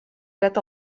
dret